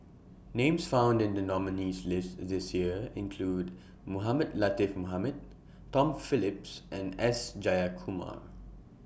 Names found in The nominees' list This Year include Mohamed Latiff Mohamed Tom Phillips and S Jayakumar